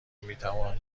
میتوان